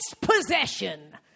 possession